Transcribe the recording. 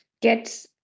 get